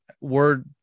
word